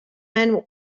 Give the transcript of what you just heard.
man